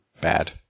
bad